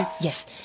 Yes